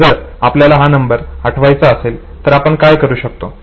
जर आपल्याला हा नंबर आठवायचा असेल तर आपण काय करू शकतो